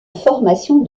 formation